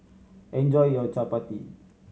enjoy your Chapati